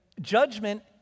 judgment